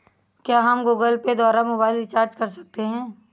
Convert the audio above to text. क्या हम Google Pay द्वारा मोबाइल रिचार्ज कर सकते हैं?